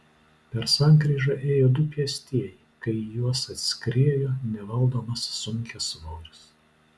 per sankryžą ėjo du pėstieji kai į juos atskriejo nevaldomas sunkiasvoris